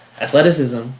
athleticism